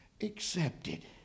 accepted